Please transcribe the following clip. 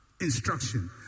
instruction